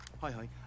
hi-hi